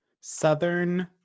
Southern